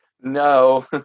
No